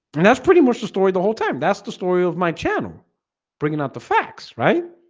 and that's pretty much the story the whole time that's the story of my channel bringing out the facts right